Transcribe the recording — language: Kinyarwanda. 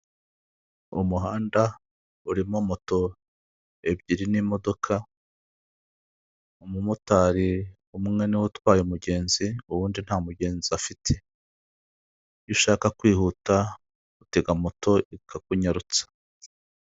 Umuhanda urimo moto ebyiri n'imodoka, umumotari umwe ni we utwaye umugenzi, uwundi nta mugenzi afite. Iyo ushaka kwihuta, utega moto ikakunyarutsa.